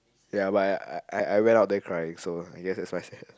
ya but I I I went up there crying so I guess that's my sad